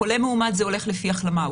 חולה מאומת זה הולך לפי החלמה.